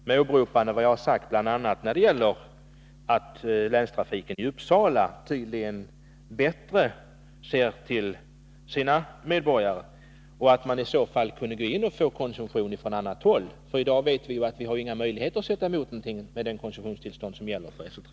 Jag åberopar vad jag sagt bl.a. om att länstrafiken i Uppsala tydligen bättre ser till sina kunder. Man kunde ju från annat håll gå in och få koncession. I dag har vi inte någonting att sätta emot, med den koncession som SL har.